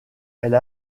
elle